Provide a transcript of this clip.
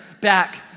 back